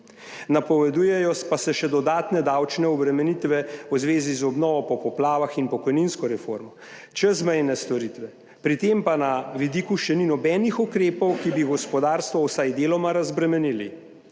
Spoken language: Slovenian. Napovedujejo pa se še dodatne davčne obremenitve v zvezi z obnovo po poplavah in pokojninsko reformo, čezmejne storitve, pri tem pa na vidiku še ni nobenih ukrepov, ki bi gospodarstvo vsaj deloma razbremenili.